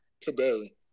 today